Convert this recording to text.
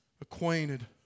acquainted